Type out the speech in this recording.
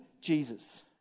Jesus